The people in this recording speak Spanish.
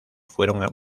fueron